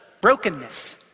brokenness